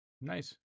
Nice